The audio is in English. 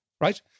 right